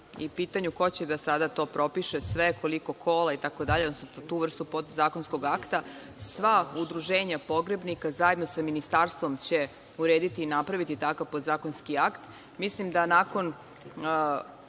i pitanju ko će sada to da propiše, sve koliko kola, itd, tu vrstu podzakonskog akta, sva udruženja pogrebnika zajedno sa Ministarstvom će urediti napraviti takav podzakonski akti. Mislim, da nakon